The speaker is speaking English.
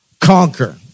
conquer